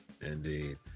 Indeed